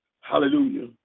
Hallelujah